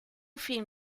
film